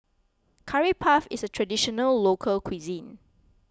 Curry Puff is a Traditional Local Cuisine